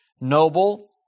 noble